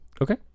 Okay